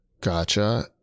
gotcha